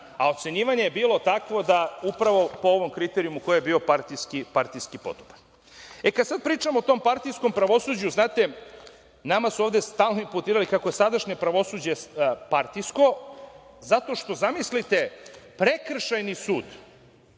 Ocenjivanje je bilo takvo, upravo po ovom kriterijumu – ko je bio partijski podoban. Kada sada pričamo o tom partijskom pravosuđu, znate, nama su ovde stalno imputirali kako je sadašnje pravosuđe partijsko zato što, zamislite, prekršajni sud